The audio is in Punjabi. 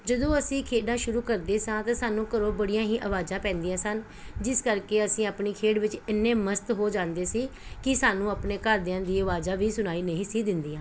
ਜਦੋਂ ਅਸੀਂ ਖੇਡਾਂ ਸ਼ੁਰੂ ਕਰਦੇ ਸਾਂ ਤਾਂ ਸਾਨੂੰ ਘਰੋਂ ਬੜੀਆਂ ਹੀ ਆਵਾਜ਼ਾਂ ਪੈਂਦੀਆਂ ਸਨ ਜਿਸ ਕਰਕੇ ਅਸੀਂ ਆਪਣੀ ਖੇਡ ਵਿੱਚ ਇੰਨੇ ਮਸਤ ਹੋ ਜਾਂਦੇ ਸੀ ਕਿ ਸਾਨੂੰ ਆਪਣੇ ਘਰਦਿਆਂ ਦੀ ਆਵਾਜ਼ਾਂ ਵੀ ਸੁਣਾਈ ਨਹੀਂ ਸੀ ਦਿੰਦੀਆਂ